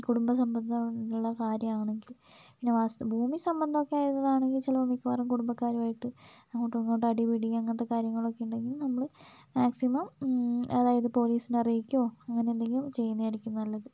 കുടുംബ സംബന്ധമുള്ള കാര്യമാണെങ്കിൽ പിന്നെ വാസ് ഭൂമി സംബന്ധൊക്കെ ആയത് ആണെങ്കിൽ ചിലപ്പോൾ മിക്കവാറും കുടുംബക്കാരുമായിട്ട് അങ്ങോട്ടും ഇങ്ങോട്ടും അടി പിടി അങ്ങനത്തെ കാര്യങ്ങളൊക്കെ ഉണ്ടെങ്കിൽ നമ്മൾ മാക്സിമം അതായത് പോലീസിനെ അറിയിക്കുകയോ അങ്ങനെ എന്തെങ്കിലും ചെയ്യുന്നതായിരിക്കും നല്ലത്